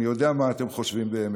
אני יודע מה אתם חושבים באמת,